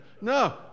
No